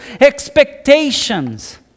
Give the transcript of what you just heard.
expectations